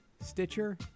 Stitcher